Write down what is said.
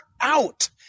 out